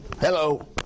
Hello